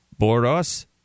Boros